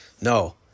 No